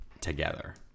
together